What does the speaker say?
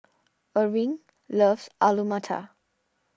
Erving loves Alu Matar